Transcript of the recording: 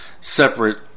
separate